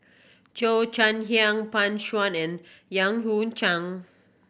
Cheo Chai Hiang Pan Shou and Yan Hui Chang